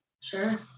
Sure